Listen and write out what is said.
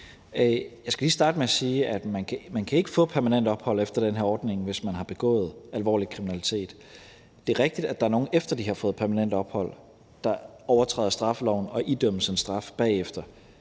Jeg skal lige starte med at sige, at man ikke kan få permanent ophold efter den her ordning, hvis man har begået alvorlig kriminalitet. Det er rigtigt, at der er nogle, der, efter de har fået permanent ophold, overtræder straffeloven og idømmes en straf bagefter,